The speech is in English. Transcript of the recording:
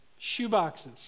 shoeboxes